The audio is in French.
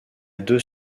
deux